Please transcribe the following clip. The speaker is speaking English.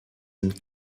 and